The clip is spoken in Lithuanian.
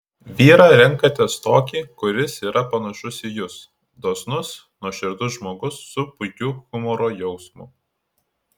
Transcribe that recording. vyrą renkatės tokį kuris yra panašus į jus dosnus nuoširdus žmogus su puikiu humoro jausmu